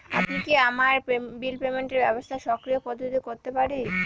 আমি কি আমার বিল পেমেন্টের ব্যবস্থা স্বকীয় পদ্ধতিতে করতে পারি?